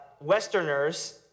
Westerners